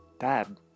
dad